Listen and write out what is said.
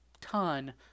ton